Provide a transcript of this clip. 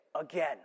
again